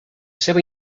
seva